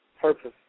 purpose